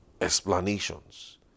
explanations